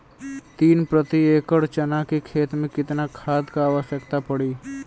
तीन प्रति एकड़ चना के खेत मे कितना खाद क आवश्यकता पड़ी?